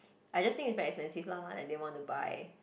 I just think it's very expensive lah and didn't want to buy